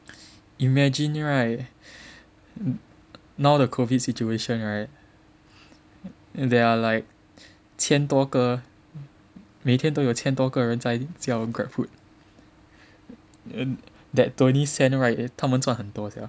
imagine right now the COVID situation right and there are like 千多个每天都有千多个人在叫 Grab food that twenty cent right 他们赚很多 sia